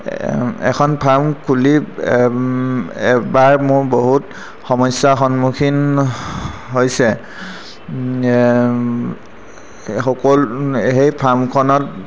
এখন ফাৰ্ম খুলি এবাৰ মোৰ বহুত সমস্যাৰ সন্মুখীন হৈছে সকল সেই ফাৰ্মখনত